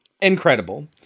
incredible